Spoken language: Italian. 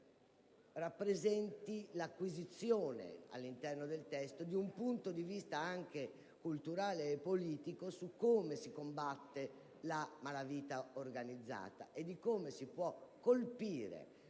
rappresenti l'acquisizione all'interno del testo di un punto di vista anche culturale e politico su come si combatte la malavita organizzata e di come si possa colpire